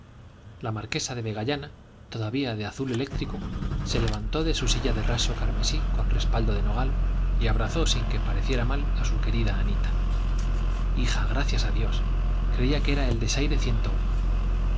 la marquesa de vegallana todavía de azul eléctrico se levantó de su silla de raso carmesí con respaldo de nogal y abrazó sin que pareciera mal a su querida anita hija gracias a dios creía que era el desaire ciento uno